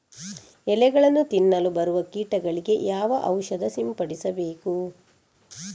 ಎಲೆಗಳನ್ನು ತಿನ್ನಲು ಬರುವ ಕೀಟಗಳಿಗೆ ಯಾವ ಔಷಧ ಸಿಂಪಡಿಸಬೇಕು?